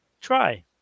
Try